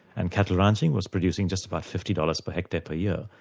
and cattle ranching was producing just about fifty dollars per hectare per year.